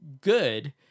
good